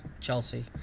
Chelsea